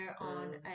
on